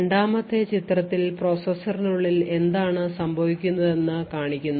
രണ്ടാമത്തെ ചിത്രത്തിൽ പ്രോസസ്സറിനുള്ളിൽ എന്താണ് സംഭവിക്കുന്നതെന്ന് കാണിക്കുന്നു